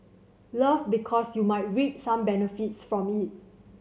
love because you might reap some benefits from it